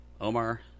Omar